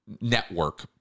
network